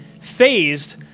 phased